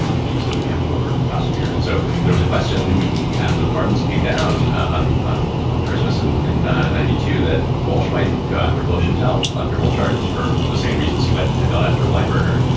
um and he just didn't hand them over to the prosecutor. and so there was a question after the pardons came down on on christmas and in ninety two that walsh might go after bush himself on criminal charges for the same reasons he went had gone after weinberger,